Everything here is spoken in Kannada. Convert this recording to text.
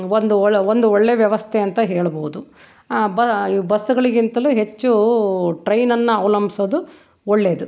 ಒಂದು ಒಳ ಒಂದು ಒಳ್ಳೆಯ ವ್ಯವಸ್ಥೆ ಅಂತ ಹೇಳಬಹುದು ಬಸ್ಗಳಿಗಿಂತಲೂ ಹೆಚ್ಚೂ ಟ್ರೈನನ್ನು ಅವಲಂಬ್ಸೋದು ಒಳ್ಳೇದು